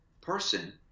person